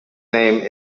name